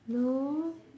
no